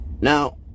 Now